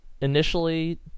initially